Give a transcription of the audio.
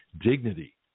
Dignity